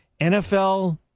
NFL